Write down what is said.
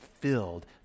filled